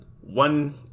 one